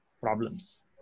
problems